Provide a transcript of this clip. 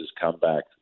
comeback